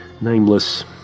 nameless